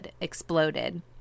exploded